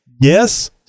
yes